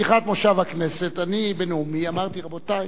בפתיחת מושב הכנסת אני בנאומי אמרתי: רבותי,